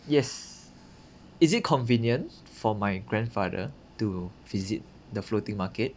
yes is it convenient for my grandfather to visit the floating market